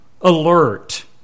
alert